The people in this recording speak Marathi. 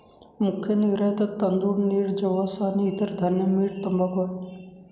मुख्य निर्यातत तांदूळ, नीळ, जवस आणि इतर धान्य, मीठ, तंबाखू आहे